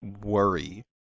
worry